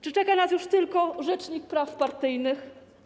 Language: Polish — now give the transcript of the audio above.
Czy czeka nas już tylko rzecznik praw partyjnych?